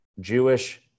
Jewish